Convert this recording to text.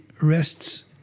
rests